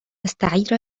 أستعير